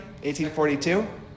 1842